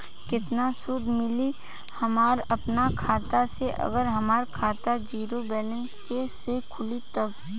केतना सूद मिली हमरा अपना खाता से अगर हमार खाता ज़ीरो बैलेंस से खुली तब?